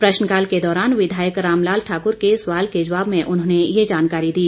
प्रशनकाल के दौरान विघायक रामलाल ठाकुर के सवाल के जवाब में ये जानकारी दी